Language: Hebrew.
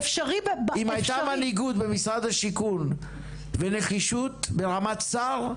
אם הייתה מנהיגות במשרד השיכון ונחישות ברמת שר,